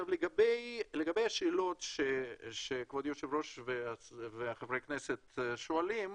לגבי השאלות שכבוד היושב-ראש וחברי הכנסת שואלים,